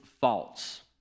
false